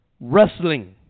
Wrestling